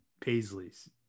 Paisleys